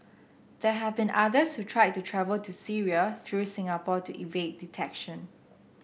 there have been others who tried to travel to Syria through Singapore to evade detection